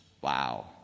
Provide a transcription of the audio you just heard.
Wow